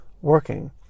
working